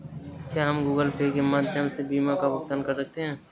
क्या हम Google Pay के माध्यम से बीमा का भुगतान कर सकते हैं?